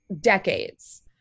decades